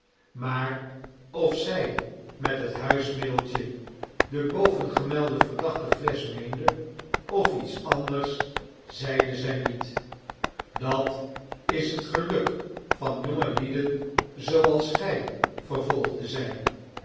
maar of zij met het huismiddeltje de bovengemelde verdachte flesch meende of iets anders zeide zij niet dat is het geluk van jenge lieden zooals gij vervolgde zij